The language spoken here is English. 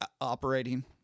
operating